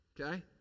Okay